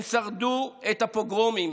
הם שרדו את הפוגרומים,